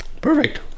perfect